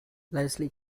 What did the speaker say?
leslie